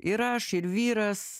ir aš ir vyras